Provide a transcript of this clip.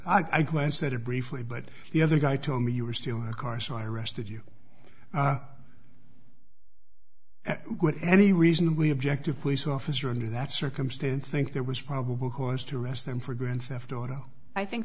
i glanced at it briefly but the other guy told me you were stealing a car so i arrested you any reasonably objective police officer under that circumstance think there was probable cause to arrest them for grand theft auto i think